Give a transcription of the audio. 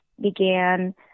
began